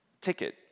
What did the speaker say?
ticket